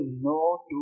no